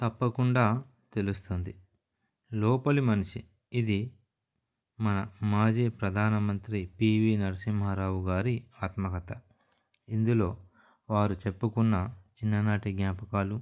తప్పకుండా తెలుస్తుంది లోపలి మనిషి ఇది మన మాజీ ప్రధానమంత్రి పీవి నరసింహారావు గారి ఆత్మకథ ఇందులో వారు చెప్పుకున్న చిన్ననాటి జ్ఞాపకాలు